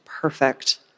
perfect